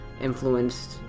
influenced